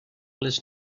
les